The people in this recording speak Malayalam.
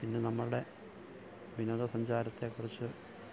പിന്നെ നമ്മളുടെ വിനോദസഞ്ചാരത്തെക്കുറിച്ച്